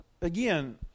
again